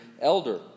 elder